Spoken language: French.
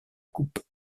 coupe